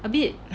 a bit